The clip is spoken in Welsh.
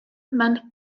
mewn